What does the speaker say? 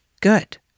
good